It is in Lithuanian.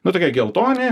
nu tokie geltoni